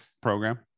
Program